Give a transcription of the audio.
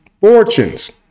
fortunes